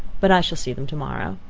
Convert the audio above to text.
but i shall see them tomorrow.